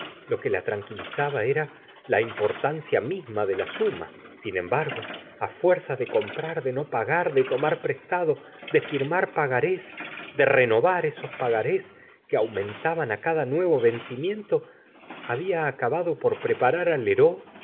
lo que la tranquilizaba era la importancia misma de la suma sin embargo á fuerza de comprar de no pagar de tomar prestado de firmar pagarés de renovar esos pagarés que aumentaban á cada nuevo vencimiento había acabado por preparar á